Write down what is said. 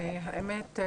האמת,